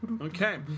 Okay